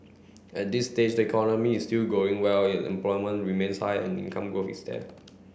at this stage the economy is still growing well employment remains high and income growth is there